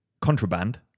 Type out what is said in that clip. contraband